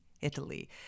Italy